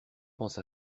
pense